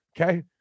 Okay